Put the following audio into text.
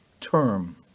term